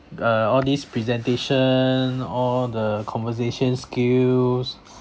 uh all these presentation all the conversation skills